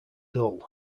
dull